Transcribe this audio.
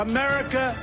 America